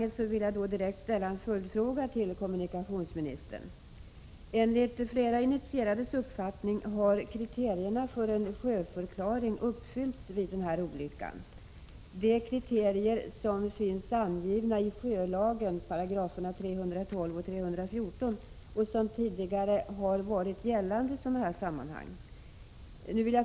Enligt flera initierades uppfattning har kriterierna för en sjöförklaring uppfyllts vid den här olyckan, de kriterier som finns angivna i 312 och 314 §§ i sjölagen och som tidigare har varit gällande i sådana här sammanhang.